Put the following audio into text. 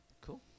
Cool